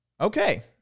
Okay